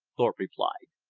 thorpe replied.